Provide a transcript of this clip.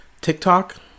TikTok